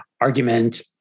argument